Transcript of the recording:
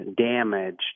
damaged